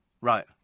Right